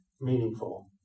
meaningful